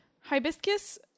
Hibiscus